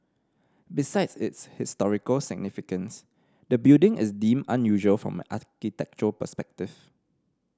besides its historical significance the building is deemed unusual from architectural perspective